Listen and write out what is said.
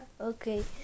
Okay